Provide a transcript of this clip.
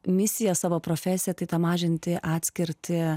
misiją savo profesiją tai tą mažinti atskirtį